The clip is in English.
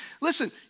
listen